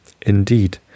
Indeed